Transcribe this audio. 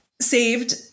saved